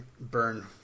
burn